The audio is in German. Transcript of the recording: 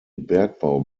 bergbau